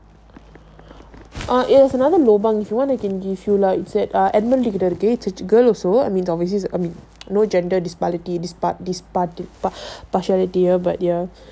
err there is another lobang if you want I can give you lah கிட்டஇருக்கு:kitta iruku I mean this is um you know gender dispa~ dispa~ dispartiality but ya